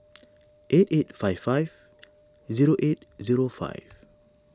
eight eight five five zero eight zero five